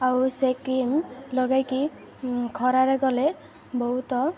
ଆଉ ସେ କ୍ରିମ୍ ଲଗେଇକି ଖରାରେ ଗଲେ ବହୁତ